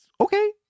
okay